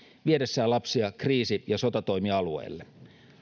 viedessään lapsia kriisi ja sotatoimialueelle